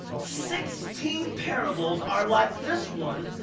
sixteen parables are like this one,